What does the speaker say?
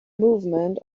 movement